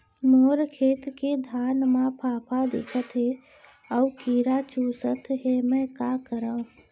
मोर खेत के धान मा फ़ांफां दिखत हे अऊ कीरा चुसत हे मैं का करंव?